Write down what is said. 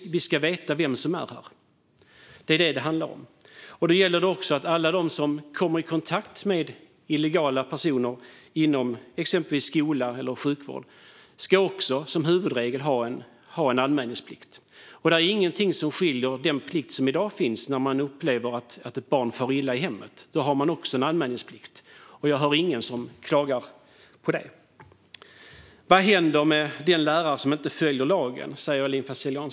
Vi ska veta vem som är här; det är det som det handlar om. Alla som kommer i kontakt med illegala personer inom exempelvis skola och sjukvård ska som huvudregel ha en anmälningsplikt. Denna anmälningsplikt skiljer sig inte från dagens plikt att anmäla vid oro för att ett barn far illa i hemmet, och den anmälningsplikten hör jag ingen klaga på. Vad händer med den lärare som inte följer lagen, frågar Aylin Fazelian.